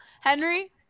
Henry